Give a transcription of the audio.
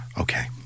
Okay